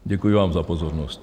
Děkuji vám za pozornost.